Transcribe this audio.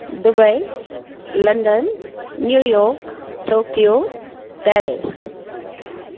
Dubai London New York Tokyo Paris